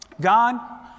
God